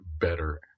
better